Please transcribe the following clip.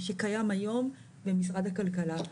שקיים היום במשרד הכלכלה.